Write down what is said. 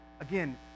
again